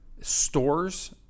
stores